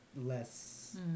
less